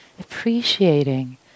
appreciating